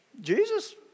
Jesus